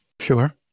Sure